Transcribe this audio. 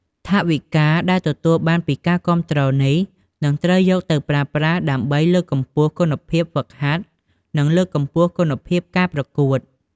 ថវិកាដែលទទួលបានពីការគាំទ្រនេះ នឹងត្រូវយកទៅប្រើប្រាស់ដើម្បី លើកកម្ពស់គុណភាពហ្វឹកហាត់ និងលើកកម្ពស់គុណភាពការប្រកួត។